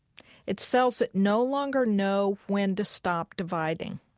it's cells that no longer know when to stop dividing.